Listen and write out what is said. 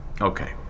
Okay